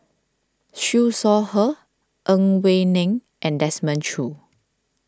Siew Shaw Her Ang Wei Neng and Desmond Choo